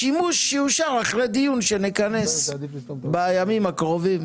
השימוש יאושר אחרי דיון שנכנס בימים הקרובים.